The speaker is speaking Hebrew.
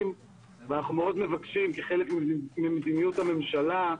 ואנחנו מאוד מבקשים כחלק ממדיניות הממשלה,